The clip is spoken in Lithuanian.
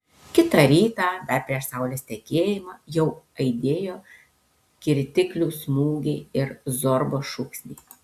kitą rytą dar prieš saulės tekėjimą jau aidėjo kirtiklių smūgiai ir zorbos šūksniai